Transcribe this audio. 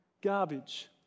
garbage